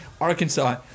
Arkansas